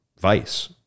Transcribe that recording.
vice